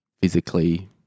physically